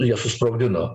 jie susprogdino